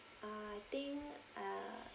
ah I think uh